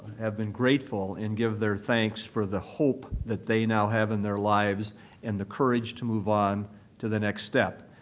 have been grateful and give their thanks for the hope that they now have in their lives and the courage to move on to the next step.